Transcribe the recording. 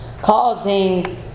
causing